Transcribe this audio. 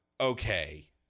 okay